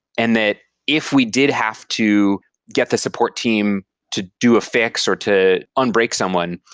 and that if we did have to get the support team to do a fix or to un-break someone,